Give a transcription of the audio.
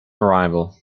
arrival